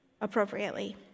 appropriately